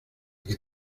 que